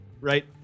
right